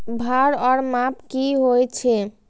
भार ओर माप की होय छै?